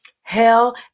hell